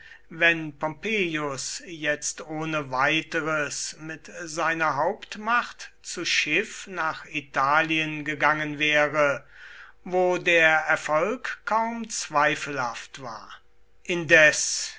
wenn pompeius jetzt ohne weiteres mit seiner hauptmacht zu schiff nach italien gegangen wäre wo der erfolg kaum zweifelhaft war indes